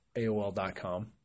AOL.com